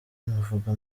muvuga